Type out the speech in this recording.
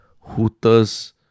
Hooters